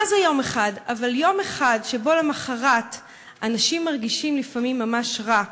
אבל יום אחד שבו למחרת אנשים מרגישים ממש רע: